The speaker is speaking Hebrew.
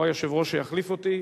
או היושב-ראש שיחליף אותי,